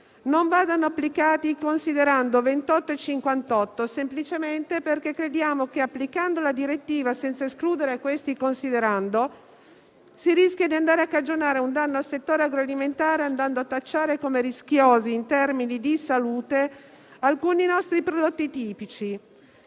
non vadano applicati i «considerando» 28 e 58, semplicemente perché crediamo che, applicando la direttiva senza escludere questi considerando, si rischia di andare a cagionare un danno al settore agroalimentare, andando a tacciare come rischiosi, in termini di salute, alcuni nostri prodotti tipici.